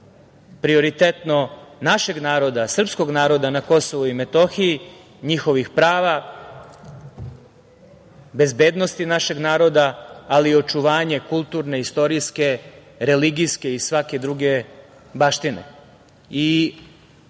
prioritetno našeg naroda, srpskog naroda na Kosovu i Metohiji, njihovih prava, bezbednosti našeg naroda, ali očuvanje kulturne istorijske, religijske i svake druge baštine. To